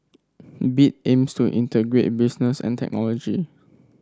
bit aims to integrate business and technology